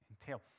entail